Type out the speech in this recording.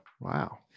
Wow